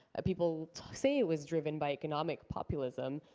people say it was driven by economic populism,